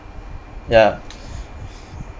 ya